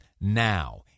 now